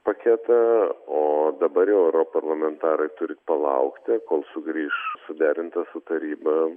paketą o dabar jau europarlamentarai turit palaukti kol sugrįš suderintas su taryba